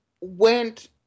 went